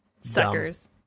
suckers